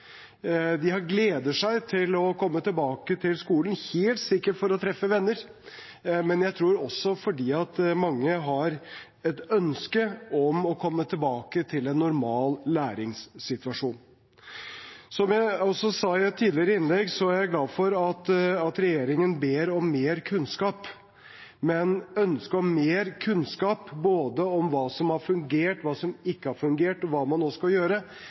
gleder seg til å komme tilbake til skolen – helt sikkert for å treffe venner, men også fordi, tror jeg, mange har et ønske om å komme tilbake til en normal læringssituasjon. Som jeg også sa i et tidligere innlegg, er jeg glad for at regjeringen ber om mer kunnskap, men ønsket om mer kunnskap, både om hva som har fungert, hva som ikke har fungert, og hva man nå skal gjøre,